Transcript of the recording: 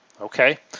Okay